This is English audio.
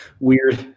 Weird